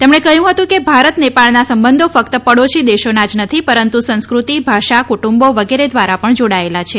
તેમણે કહ્યું હતું કે ભારત નેપાળના સંબંધો ફકત પડોશી દેશોનાં જ નથી પરંતુ સંસ્ક્રતિ ભાષા કુટુંબો વગેરે દ્વારા પણ જોડાયેલા છે